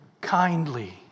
kindly